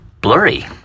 blurry